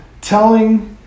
telling